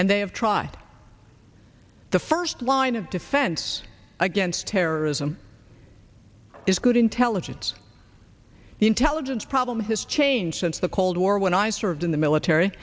and they have tried the first line of defense against terrorism is good intelligence the intelligence problem has changed since the cold war when i served in the military